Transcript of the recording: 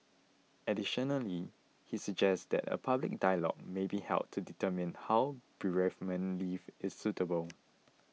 additionally he suggests that a public dialogue may be held to determine how bereavement leave is suitable